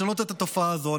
לשנות את התופעה הזאת.